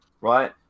right